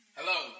Hello